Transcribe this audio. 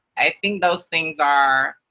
i think those things are